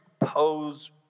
pose